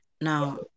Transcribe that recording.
Now